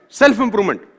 self-improvement